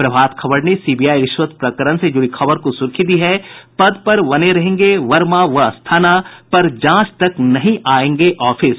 प्रभात खबर ने सीबीआई रिश्वत प्रकरण से जुड़ी खबर को सुर्खी दी है पद पर बने रहेंगे वर्मा व अस्थाना पर जांच तक नहीं आयेंगे ऑफिस